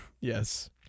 Yes